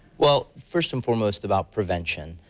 well, first and foremost about prevention.